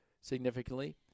significantly